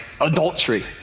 adultery